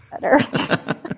better